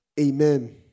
Amen